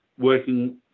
working